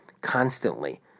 Constantly